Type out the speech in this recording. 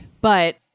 But-